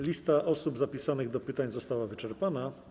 Lista osób zapisanych do pytań została wyczerpana.